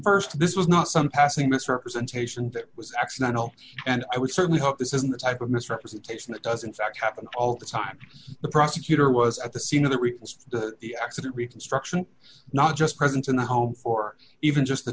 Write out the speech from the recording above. points st this was not some passing misrepresentation that was accidental and i would certainly hope this isn't the type of misrepresentation that doesn't fact happen all the time the prosecutor was at the scene of the reveals the accident reconstruction not just present in the home for even just the